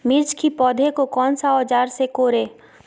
मिर्च की पौधे को कौन सा औजार से कोरे?